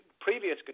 previous